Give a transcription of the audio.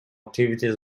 activities